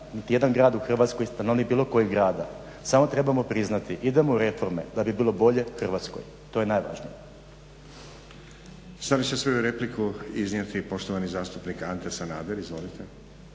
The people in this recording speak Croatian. niti jedan grad u Hrvatskoj, stanovnik bilo kojeg grada. Samo trebamo priznati idemo u reforme da bi bilo bolje Hrvatskoj. To je najvažnije. **Stazić, Nenad (SDP)** Sada će svoju repliku iznijeti poštovani zastupnik Ante Sanader, izvolite.